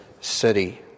city